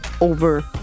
over